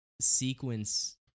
sequence